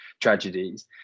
tragedies